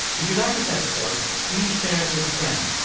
if you liked this episode, please share it with a friend.